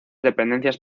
dependencias